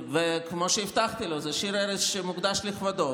וכמו שהבטחתי לו, זה שיר ערש שמוקדש לו.